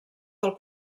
del